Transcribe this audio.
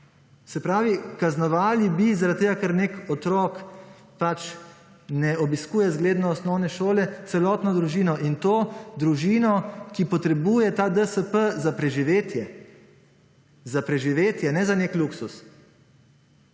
Se pravi, kaznovali bi, zaradi tega, ker neki otrok pač ne obiskuje zgledno osnovne šole celotno družino in to družino, ki potrebuje ta DSP za preživetje ne za neki luksuz.